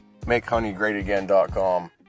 MakeHoneyGreatAgain.com